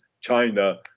China